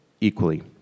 equally